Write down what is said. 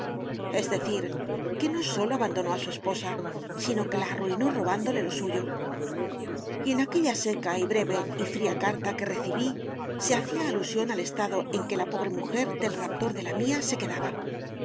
es decir que no sólo abandonó a su esposa sino que la arruinó robándole lo suyo y en aquella seca y breve y fría carta que recibí se hacía alusión al estado en que la pobre mujer del raptor de la mía se quedaba